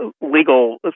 legal